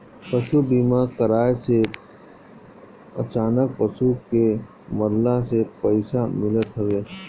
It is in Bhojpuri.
पशु बीमा कराए से अचानक पशु के मरला से पईसा मिलत हवे